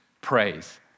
praise